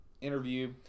interview